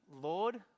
Lord